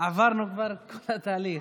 עברנו כבר תהליך.